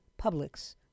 Publix